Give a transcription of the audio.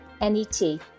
N-E-T